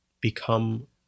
become